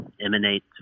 emanate